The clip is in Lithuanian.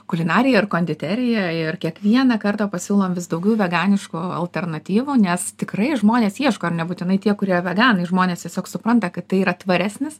kulinariją ir konditeriją ir kiekvieną kartą pasiūlom vis daugiau veganiškų alternatyvų nes tikrai žmonės ieško ir nebūtinai tie kurie veganai žmonės tiesiog supranta kad tai yra tvaresnis